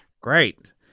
great